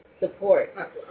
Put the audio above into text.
support